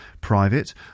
private